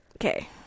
okay